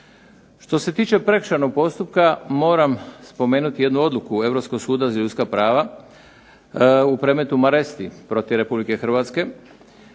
Što se tiče prekršajnog postupka moram spomenuti jednu odluku Europskog suda za ljudska prava u predmetu Maresti protiv Republike Hrvatske,